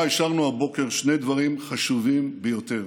אישרנו הבוקר בממשלה שני דברים חשובים ביותר: